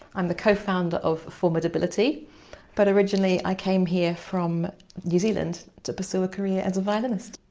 i'm the co-founder of formidability but originally i came here from new zealand to pursue a career as a violinist.